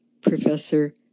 Professor